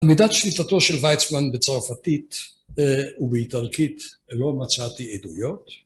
מידת שליטתו של ויצמן בצרפתית ובאיטלקית, לא מצאתי עדויות.